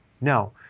No